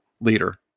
leader